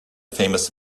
famous